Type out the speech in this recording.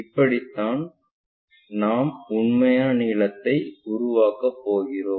இப்படித்தான் நாம் உண்மையான நீளத்தை உருவாக்கப் போகிறோம்